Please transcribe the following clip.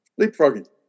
Leapfrogging